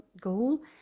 goal